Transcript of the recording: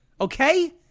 Okay